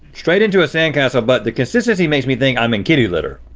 straight into a sand castle, but the consistency makes me think i'm in kitty litter.